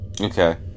Okay